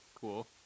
cool